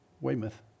Weymouth